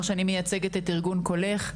מייצגת את ארגון קולך,